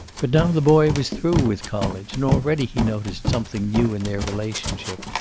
but now the boy was through with college, and already he noticed something new in their relationship.